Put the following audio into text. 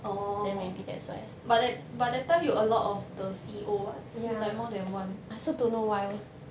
orh but that but that time you a lot of the C_O [what] you like more than one